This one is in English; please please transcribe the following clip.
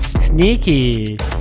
Sneaky